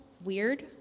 weird